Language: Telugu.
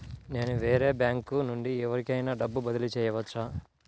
నేను వేరే బ్యాంకు నుండి ఎవరికైనా డబ్బు బదిలీ చేయవచ్చా?